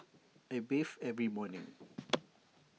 I bathe every morning